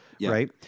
Right